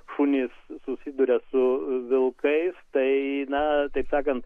šunys susiduria su vilkais tai na taip sakant